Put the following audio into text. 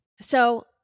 So-